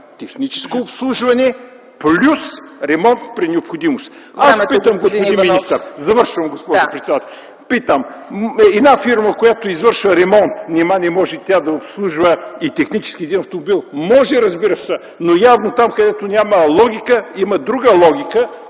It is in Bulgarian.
техническо обслужване плюс ремонт при необходимост. Аз питам, господин министър, една фирма, която извършва ремонт, нима не може тя да обслужва и технически един автомобил? Може, разбира се, но явно там, където няма логика, има друга логика,